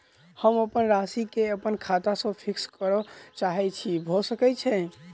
हम अप्पन राशि केँ अप्पन खाता सँ फिक्स करऽ चाहै छी भऽ सकै छै?